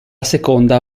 seconda